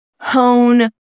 hone